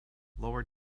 lower